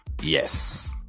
Yes